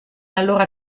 allora